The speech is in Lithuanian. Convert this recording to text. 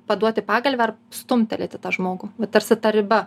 paduoti pagalvę ar stumtelėti tą žmogų va tarsi ta riba